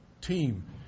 team